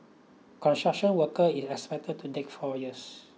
construction worker is expected to take four years